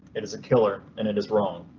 it is a killer and it is wrong.